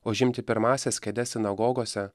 užimti pirmąsias kėdes sinagogose